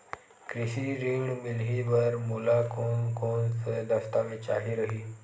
कृषि ऋण मिलही बर मोला कोन कोन स दस्तावेज चाही रही?